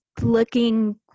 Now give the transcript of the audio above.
looking